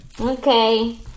Okay